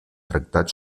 tractat